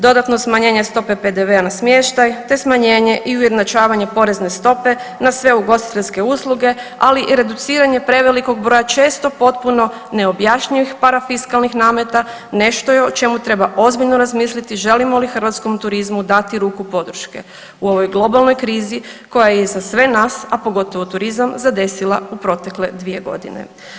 Dodatno smanjene stope PDV-a na smještaj te smanjenje i ujednačavanje porezne stope na sve ugostiteljske usluge ali i reduciranje prevelikog broja često potpuno neobjašnjivih parafiskalnih nameta nešto je o čemu trebamo ozbiljno razmisliti želimo li hrvatskom turizmu dati ruku podrške u ovoj globalnoj krizi koja je za sve nas, a pogotovo turizam zadesila u protekle 2 godine.